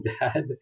dad